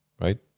right